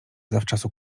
zawczasu